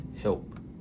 help